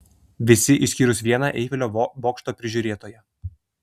visi išskyrus vieną eifelio bokšto prižiūrėtoją